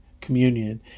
communion